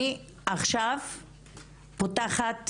מעכשיו פותחת